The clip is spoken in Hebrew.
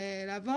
שקף הבא,